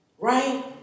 right